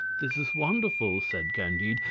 this is wonderful! said candide,